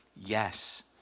yes